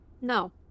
No